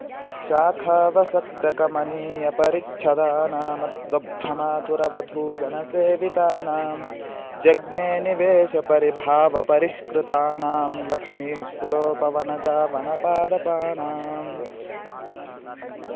शाखावसक्तकमनीयपरिच्छदानामद्दभ्रमातुरवधू जनसेवितानां जज्ञे निवेश परिभावपरिष्कृतानां लक्ष्मीः पुरोपवनजावनपादपानाम्